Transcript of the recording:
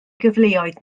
gyfleoedd